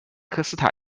科斯塔